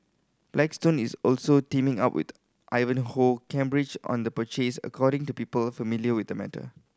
blackstone is also teaming up with Ivanhoe Cambridge on the purchase according to people familiar with the matter